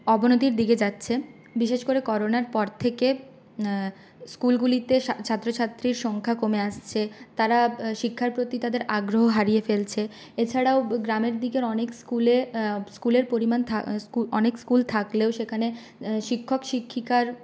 অবনতির দিকে যাচ্ছে বিশেষ করে করোনার পর থেকে স্কুলগুলিতে ছাত্রছাত্রীর সংখ্যা কমে আসছে তারা শিক্ষার প্রতি তাদের আগ্রহ হারিয়ে ফেলছে এছাড়াও গ্রামের দিকের অনেক স্কুলে স্কুলের পরিমাণ থাকা অনেক স্কুল থাকলেও সেখানে শিক্ষক শিক্ষিকার